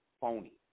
phony